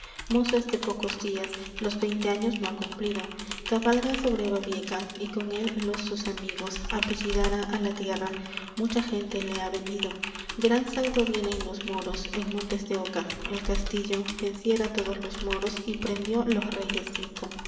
de pocos días los veinte años no ha cumplido cabalga sobre babieca y con él los sus amigos apellidara á la tierra mucha gente le ha venido gran salto diera en los moros en montes doca el castillo venciera todos los moros y prendió los reyes